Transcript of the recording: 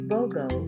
Bogo